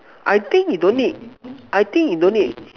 I think he don't need I think he don't need